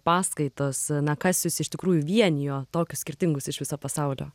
paskaitos na kas jus iš tikrųjų vienijo tokius skirtingus iš viso pasaulio